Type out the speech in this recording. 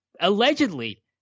allegedly